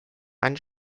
ein